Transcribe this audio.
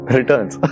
Returns